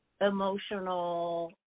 emotional